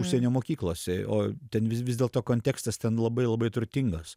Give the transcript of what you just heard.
užsienio mokyklose o ten vis vis dėlto kontekstas ten labai labai turtingas